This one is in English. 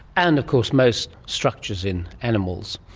and of course most structures in animals,